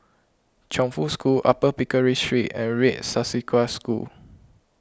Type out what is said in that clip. Chongfu School Upper Pickering Street and Red Swastika School